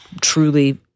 truly